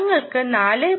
ഞങ്ങൾക്ക് 4